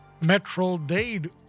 Metro-Dade